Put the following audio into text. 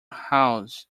house